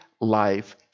life